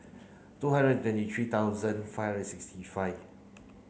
two hundred twenty three thousand five hundred sixty five